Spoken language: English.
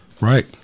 Right